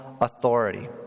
authority